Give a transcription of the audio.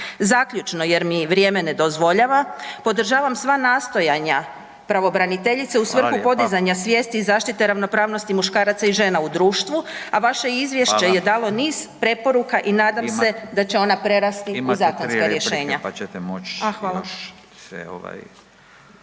Zaključno jer mi vrijeme ne dozvoljava, podržavam sva nastojanja pravobraniteljice u svrhu …/Upadica: Fala lijepa/…podizanja svjesti i zaštite ravnopravnosti muškaraca i žena u društvu, a vaše izvješće …/Upadica: Fala/… je dalo niz preporuka i nadam se da će ona prerasti u zakonska rješenja.